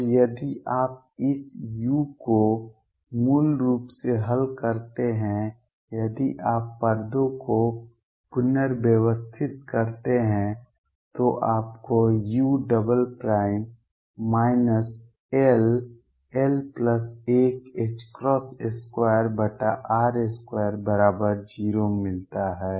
और यदि आप इस u को मूल रूप से हल करते हैं यदि आप पदों को पुनर्व्यवस्थित करते हैं तो आपको u ll12r20 मिलता है